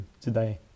today